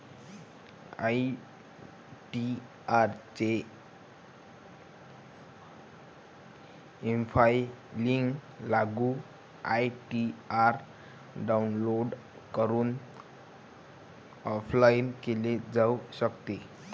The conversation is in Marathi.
आई.टी.आर चे ईफायलिंग लागू आई.टी.आर डाउनलोड करून ऑफलाइन केले जाऊ शकते